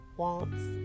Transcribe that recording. wants